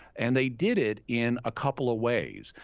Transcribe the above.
and they did it in a couple of ways.